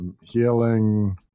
healing